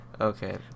Okay